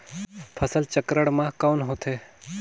फसल चक्रण मा कौन होथे?